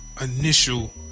initial